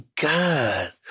God